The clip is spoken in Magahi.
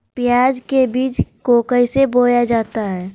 प्याज के बीज को कैसे बोया जाता है?